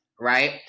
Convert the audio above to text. right